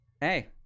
hey